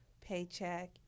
paycheck